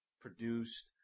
produced